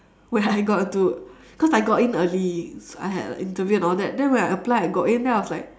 when I got into because I got in early so I had like interview and all that then when I applied and I got in then I was like